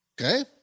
Okay